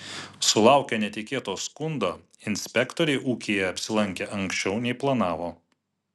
sulaukę netikėto skundo inspektoriai ūkyje apsilankė anksčiau nei planavo